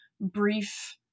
brief